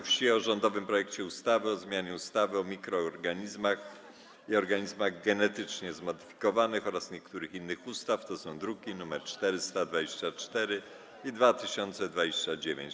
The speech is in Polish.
Wsi o rządowym projekcie ustawy o zmianie ustawy o mikroorganizmach i organizmach genetycznie zmodyfikowanych oraz niektórych innych ustaw (druki nr 1424 i 2029)